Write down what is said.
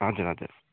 हजुर हजुर